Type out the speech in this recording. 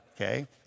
Okay